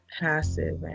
passive